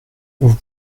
vous